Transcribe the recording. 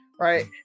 Right